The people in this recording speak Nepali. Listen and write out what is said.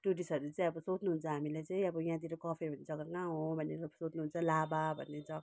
टुरिस्टहरूले चाहिँ अब सोध्नु हुन्छ हामीलाई चाहिँ अब यहाँतिर कफेर भन्ने जगा कहाँ हो भनेर सोध्नु हुन्छ लाभा भन्ने जगा